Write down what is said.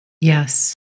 Yes